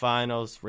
Finals